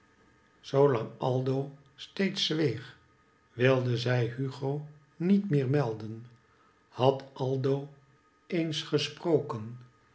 ee g wilde zij hugo niet meer melden had aldo eens gesproken